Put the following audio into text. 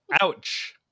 Ouch